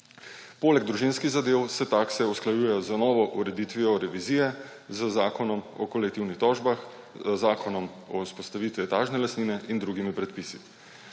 Poleg družinskih zadev se takse usklajujejo z novo ureditvijo revizije z Zakonom o kolektivnih tožbah, z Zakonom o vzpostavitvi etažne lastnine in drugimi predpisi.